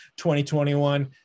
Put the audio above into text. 2021